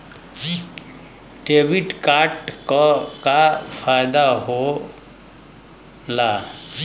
Debit card क का फायदा हो ला?